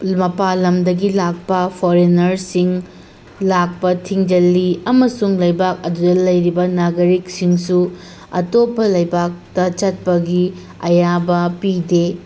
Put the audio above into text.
ꯃꯄꯥꯟꯂꯝꯗꯒꯤ ꯂꯥꯛꯄ ꯐꯣꯔꯦꯟꯅꯔꯁꯤꯡ ꯂꯥꯛꯄ ꯊꯤꯡꯖꯜꯂꯤ ꯑꯃꯁꯨꯡ ꯂꯩꯕꯥꯛ ꯑꯗꯨꯗ ꯂꯩꯔꯤꯕ ꯅꯥꯒꯔꯤꯛꯁꯤꯡꯁꯨ ꯑꯇꯣꯞꯄ ꯂꯩꯕꯥꯛꯇ ꯆꯠꯄꯒꯤ ꯑꯌꯥꯕ ꯄꯤꯗꯦ